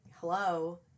hello